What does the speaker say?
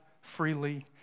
freely